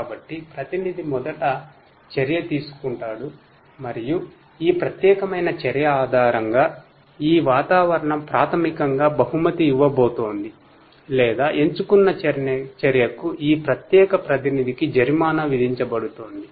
కాబట్టి ప్రతినిధి మొదట చర్య తీసుకుంటాడు మరియు ఈ ప్రత్యేకమైన చర్య ఆధారంగా ఈ వాతావరణం ప్రాథమికంగా బహుమతి ఇవ్వబోతోంది లేదా ఎంచుకున్న చర్యకు ఈ ప్రత్యేక ప్రతినిధికి జరిమానా విధించబోతోంది